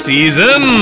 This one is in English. Season